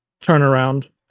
turnaround